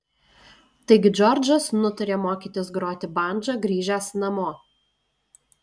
taigi džordžas nutarė mokytis groti bandža grįžęs namo